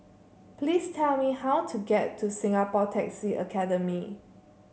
please tell me how to get to Singapore Taxi Academy